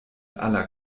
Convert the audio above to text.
aller